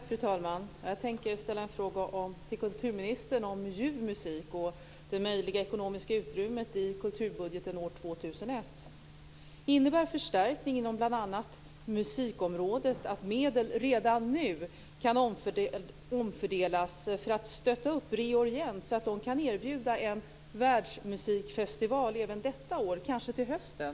Fru talman! Jag tänker ställa en fråga till kulturministern om ljuv musik och det möjliga ekonomiska utrymmet i kulturbudgeten år 2001. Innebär förstärkning inom bl.a. musikområdet att medel redan nu kan omfördelas för att stötta Re:Orient så att de kan erbjuda en världsmusikfestival även detta år, kanske till hösten?